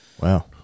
Wow